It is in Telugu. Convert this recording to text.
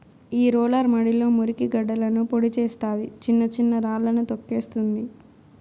ఈ రోలర్ మడిలో మురికి గడ్డలను పొడి చేస్తాది, చిన్న చిన్న రాళ్ళను తోక్కేస్తుంది